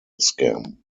scam